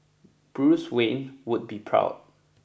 Bruce Wayne would be proud